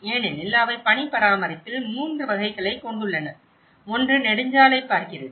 ஏனெனில் அவை பனி பராமரிப்பில் 3 வகைகளைக் கொண்டுள்ளன ஒன்று நெடுஞ்சாலைகளைப் பார்க்கிறது